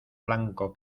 blanco